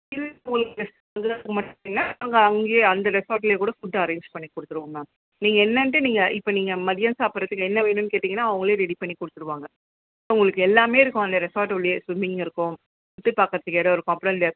இல்லை உங்களுக்கு மட்டும் இல்லை அவங்க அங்கேயே அந்த ரெசார்ட்லேயேகூட ஃபுட் அரேஞ்ச் பண்ணி கொடுத்துருவோம் மேம் நீங்கள் என்னென்ட்டு நீங்கள் இப்போ நீங்கள் மதியம் சாப்பிட்றதுக்கு என்ன வேணும்னு கேட்டீங்கன்னால் அவங்களே ரெடி பண்ணி கொடுத்துருவாங்க உங்களுக்கு எல்லாமே இருக்கும் அந்த ரெசார்ட்டு உள்ளேயே ஸ்விம்மிங் இருக்கும் சுற்றி பார்க்கறதுக்கு இடம் இருக்கும் அப்புறம் இந்த